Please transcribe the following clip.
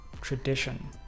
tradition